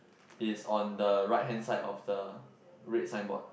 is on the right hand side of the red sign board